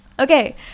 Okay